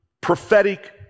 prophetic